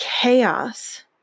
chaos